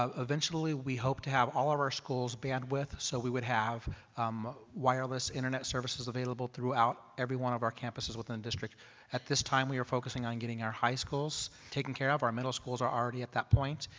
ah eventually, we hope to have all of our schools bandwidth. so, we would have um wireless internet services available through out every one of our campuses within the district at this time we are focusing on getting in our high schools taken care of our middle schools are already at that point.